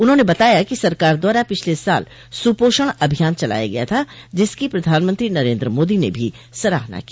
उन्होंने बताया कि सरकार द्वारा पिछले साल सुपोषण अभियान चलाया गया था जिसकी प्रधानमंत्री नरेन्द्र मोदी ने भी सराहना की